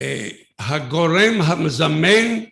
הגורם המזמן